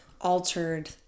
altered